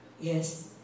yes